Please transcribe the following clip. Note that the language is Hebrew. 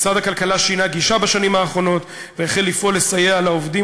משרד הכלכלה שינה גישה בשנים האחרונות והחל לפעול לסייע לעובדים,